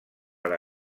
per